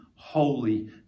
Holy